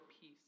peace